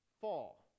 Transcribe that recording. fall